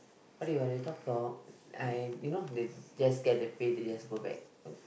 what do you little talk I you know they just get the pay they just go back